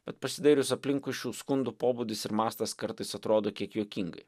bet pasidairius aplinkui šių skundų pobūdis ir mastas kartais atrodo kiek juokingai